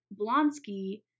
Blonsky